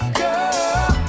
girl